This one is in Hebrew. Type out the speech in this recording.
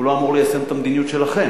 הוא לא אמור ליישם את המדיניות שלכם,